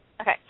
Okay